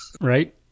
right